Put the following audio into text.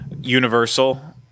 Universal –